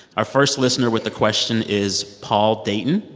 our first listener with a question is paul dayton.